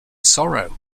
sorrow